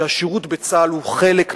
שהשירות בצה"ל הוא חלק ממנו,